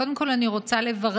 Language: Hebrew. קודם כול אני רוצה לברך